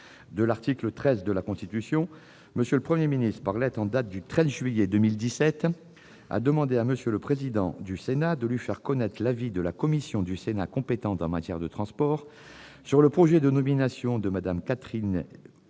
de l'article 13 de la Constitution, M. le Premier ministre, par lettre en date du 13 juillet 2017, a demandé à M. le président du Sénat de lui faire connaître l'avis de la commission du Sénat compétente en matière de transports sur le projet de nomination de Mme Catherine